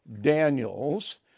Daniels